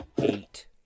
eight